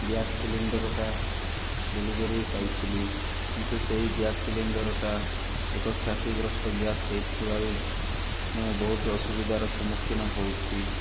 gas ସିଲିଣ୍ଡର୍ଟା delivery ପାଇଥିଲି କିନ୍ତୁ ସେଇ ଗ୍ୟାସ୍ ସିଲିଣ୍ଡର୍ଟା ଏକ କ୍ଷତିଗ୍ରସ୍ତ ଗ୍ୟାସ୍ ହେଇଥିବାରୁ ମୁଁ ବହୁତ ଅସୁବିଧାର ସମ୍ମୁଖୀନ ହେଉଛି